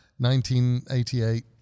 1988